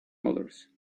others